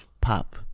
pop